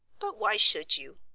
but why should you?